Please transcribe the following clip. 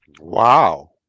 Wow